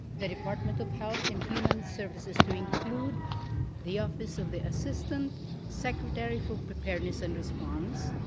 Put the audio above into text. the department of health and human services to include the office of the assistant secretary for preparedness and response,